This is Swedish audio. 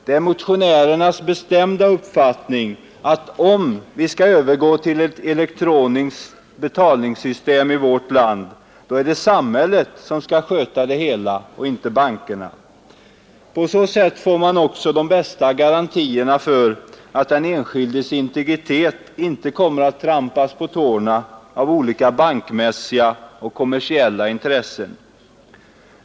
Det är motionärernas bestämda uppfattning att om vi skall övergå till ett elektroniskt betalningssystem i vårt land, då är det samhället som skall sköta det hela och inte bankerna. På så sätt får man också de bästa garantierna för att den enskildes integritet inte kommer att trampas på tårna av olika bankmässiga och kommersiella intressen.